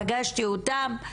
פגשתי אותם,